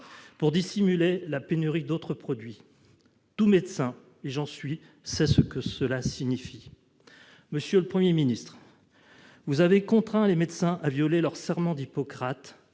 de dissimuler la pénurie d'autres produits. Tout médecin, et j'en suis, sait ce que cela signifie. Monsieur le Premier ministre, vous avez contraint les médecins à violer leur serment d'Hippocrate.